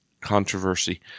controversy